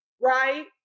right